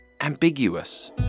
ambiguous